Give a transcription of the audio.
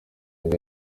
ngo